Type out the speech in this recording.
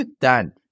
Done